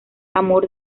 amor